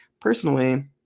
personally